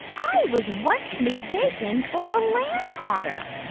i was once mistaken for a land otter.